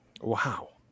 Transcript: Wow